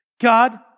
God